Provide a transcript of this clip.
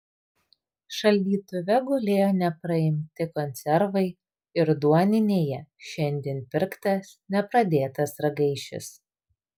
šaldytuve gulėjo nepraimti konservai ir duoninėje šiandien pirktas nepradėtas ragaišis